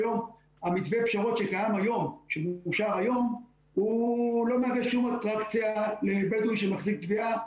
מתווה הפשרות שקיים היום לא מהווה שום אטרקציה לבדואי שמחזיק תביעה,